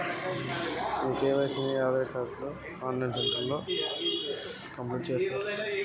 నా కే.వై.సీ ని ఎక్కడ కంప్లీట్ చేస్తరు?